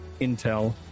intel